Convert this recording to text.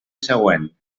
següent